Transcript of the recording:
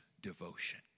devotion